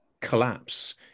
collapse